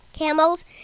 Camels